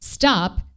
Stop